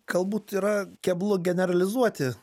galbūt yra keblu generalizuoti